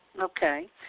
Okay